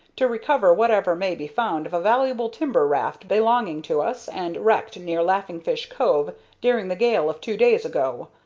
to recover whatever may be found of a valuable timber raft belonging to us, and wrecked near laughing fish cove during the gale of two days ago.